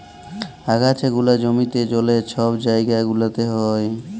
আগাছা গুলা জমিতে, জলে, ছব জাইগা গুলাতে হ্যয়